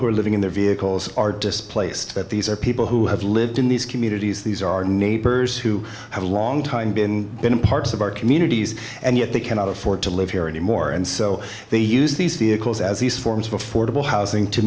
who are living in their view are displaced that these are people who have lived in these communities these are our neighbors who have long time been in parts of our communities and yet they cannot afford to live here anymore and so they use these vehicles as these forms of affordable housing to